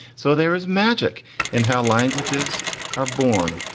so there is magic in how languages are born.